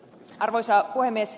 arvoisa puhemies